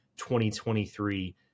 2023